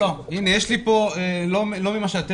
לא.